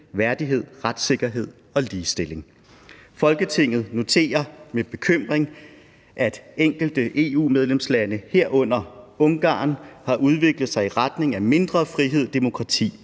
værdighed, retssikkerhed og ligestilling. Folketinget noterer med bekymring, at enkelte EU-medlemslande, herunder Ungarn, har udviklet sig i retning af mindre frihed, demokrati